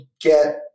get